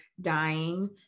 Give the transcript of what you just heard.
dying